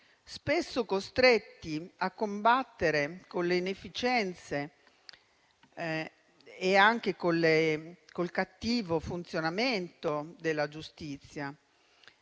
spesso costretti a combattere con le inefficienze e anche con il cattivo funzionamento della giustizia.